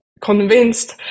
convinced